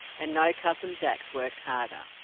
and no cousin jacks worked harder.